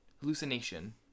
hallucination